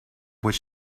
which